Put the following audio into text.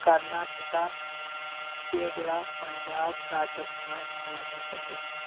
Karnataka Kerala Punjab Rajasthan Himachal Pradesh